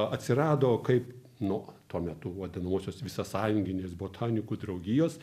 atsirado kaip nu tuo metu vadinamosios visasąjunginės botanikų draugijos